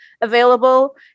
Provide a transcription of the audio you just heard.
available